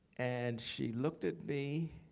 and she looked at me